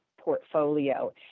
portfolio